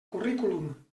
currículum